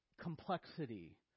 complexity